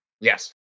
Yes